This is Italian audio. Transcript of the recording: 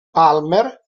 palmer